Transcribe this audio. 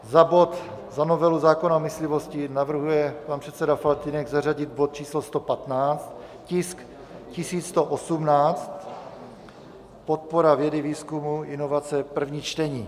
Za bod, za novelu zákona o myslivosti navrhuje pan předseda Faltýnek zařadit bod číslo 115, tisk 1118, podpora vědy, výzkumu, inovace, první čtení.